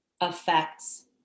affects